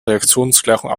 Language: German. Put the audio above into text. reaktionsgleichung